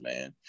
man